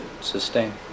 Sustain